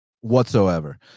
whatsoever